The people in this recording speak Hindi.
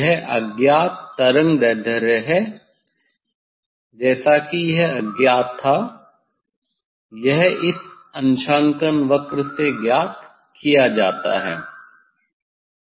यह अज्ञात तरंगदैर्ध्य है जैसा कि यह अज्ञात था यह इस अंशांकन वक्र से ज्ञात किया जाता है